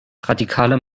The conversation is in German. radikale